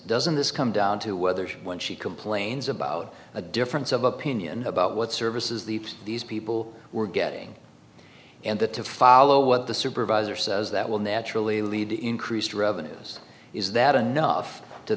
doesn't this come down to whether when she complains about a difference of opinion about what services the these people were getting and that to follow what the supervisor says that will naturally lead to increased revenues is that enough to